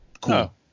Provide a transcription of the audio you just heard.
cool